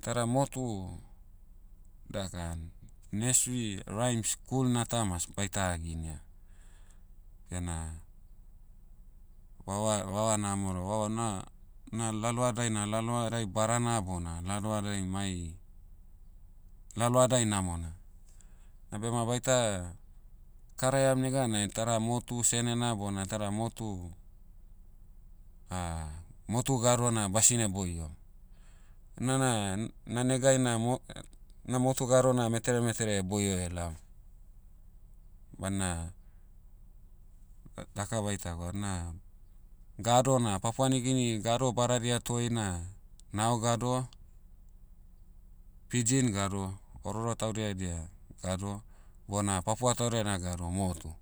Itada motu, dakan- nursery rhymes school'na ta mas baita haginia. Bena, vava- vava na'hamaoroa vava na- na lalohadai na lalohadai badana bona lalohadai mai, lalohadai namona. Na bema baita, karaiam neganai itada motu senena bona itada motu, motu gadona basine boio. Inana- na negai na mo- na motu gado na metere metere boio laom. Bana, daka baita gwa na, gado na papua niugini gado badadia toi na, nao gado, pidgin gado, ororo taudia edia, gado, bona papua taudia ena gado motu.